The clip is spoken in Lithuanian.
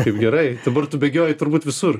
kaip gerai dabar tu bėgioji turbūt visur